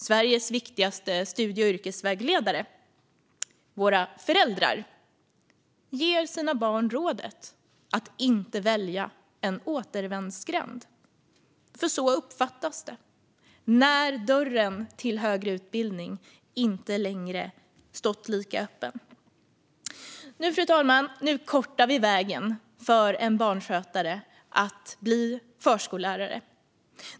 Sveriges viktigaste studie och yrkesvägledare - föräldrarna - ger sina barn rådet att inte välja en återvändsgränd. Så uppfattas det när dörren till högre utbildning inte längre stått lika öppen. Fru talman! Nu kortar vi vägen för en barnskötare att bli förskollärare.